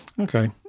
Okay